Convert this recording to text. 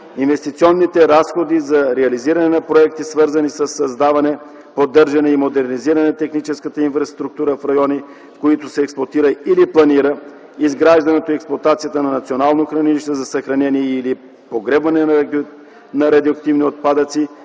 инвестиционните разходи за реализиране на проекти, свързани със създаване, поддържане и модернизиране на техническата инфраструктура в райони, в които се експлоатира или планира изграждането и експлоатацията на национално хранилище за съхранение или погребване на радиоактивни отпадъци